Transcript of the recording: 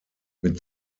mit